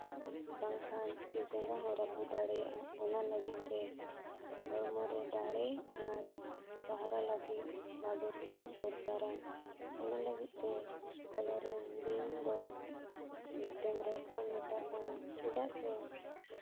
ᱵᱟᱝᱠᱷᱟᱱ ᱛᱤ ᱡᱟᱸᱜᱟ ᱦᱚᱸ ᱨᱟᱹᱯᱩᱫ ᱫᱟᱲᱮᱭᱟᱜᱼᱟ ᱚᱱᱟ ᱞᱟᱹᱜᱤᱫ ᱛᱮ ᱦᱚᱲᱢᱚ ᱨᱮ ᱫᱟᱲᱮ ᱟᱨ ᱥᱟᱦᱨᱟ ᱞᱟᱹᱜᱤᱫ ᱵᱟᱵᱮᱨ ᱠᱚ ᱫᱚᱨᱠᱟᱨᱟ ᱚᱱᱟ ᱞᱟᱹᱜᱤᱫ ᱛᱮ ᱠᱚᱞᱨᱟᱱ ᱵᱤᱧ ᱫᱚ ᱢᱤᱫᱴᱟᱝ ᱨᱚᱠᱚ ᱢᱮᱛᱟᱫ ᱠᱟᱱᱟ ᱪᱮᱫᱟᱜ ᱥᱮ